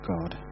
God